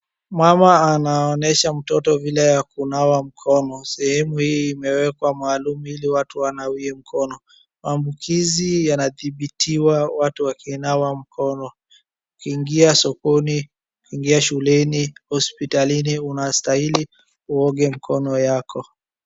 Mama anaonyesha mtoto vile ya kunawa mkono, sehemu hii imewekwa maalumu ili watu wanawie mkono. Maambukizi yanathibitiwa watu wakinawa mkono. Ukiingia sokoni, ukiingia shuleni, hospitalini unastahili uoge mkono yako.